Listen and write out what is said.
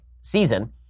season